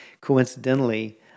Coincidentally